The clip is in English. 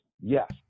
Yes